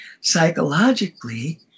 psychologically